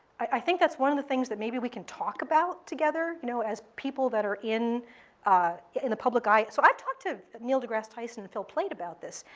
i think that's one of the things that maybe we can talk about together you know as people that are in ah in the public eye. so i've talked to neil degrasse tyson and phil plait about this.